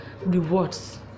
Rewards